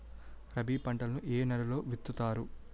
రబీ పంటలను ఏ నెలలో విత్తుతారు?